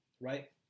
right